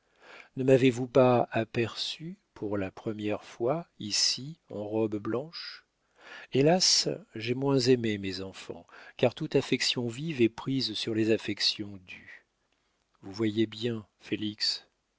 ne maviez vous pas aperçue pour la première fois ici en robe blanche hélas j'ai moins aimé mes enfants car toute affection vive est prise sur les affections dues vous voyez bien félix